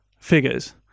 figures